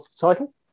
title